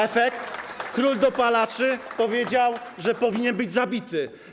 Efekt: król dopalaczy powiedział, że powinien być zabity.